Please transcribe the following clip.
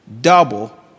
double